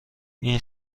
این